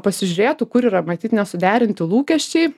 pasižiūrėtų kur yra matyt nesuderinti lūkesčiai